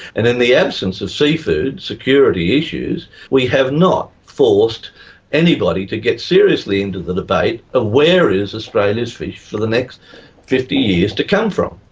and in the absence of seafood security issues, we have not forced anybody to get seriously into the debate of where is australia's fish for the next fifty years to come from.